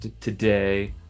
today